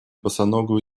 босоногую